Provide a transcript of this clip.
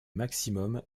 maximum